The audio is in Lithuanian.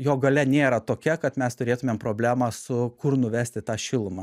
jo galia nėra tokia kad mes turėtumėm problemą su kur nuvesti tą šilumą